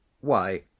Why